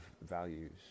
values